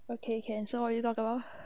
okay can so you got go